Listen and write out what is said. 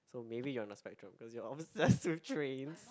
so maybe you are on the spectrum cause you're obsessed with trains